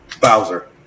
Bowser